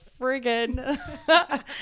friggin